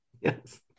Yes